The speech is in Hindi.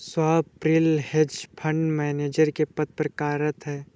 स्वप्निल हेज फंड मैनेजर के पद पर कार्यरत है